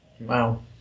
Wow